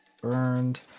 Burned